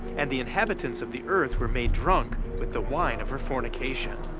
and the inhabitants of the earth were made drunk with the wine of her fornication